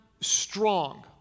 strong